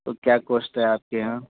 تو کیا کوسٹ ہے آپ کے یہاں